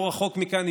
לא רחוק מכאן,